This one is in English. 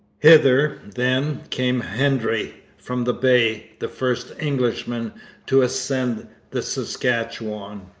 hither, then, came hendry from the bay, the first englishman to ascend the saskatchewan.